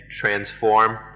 transform